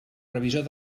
revisor